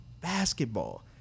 basketball